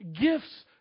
gifts